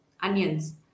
onions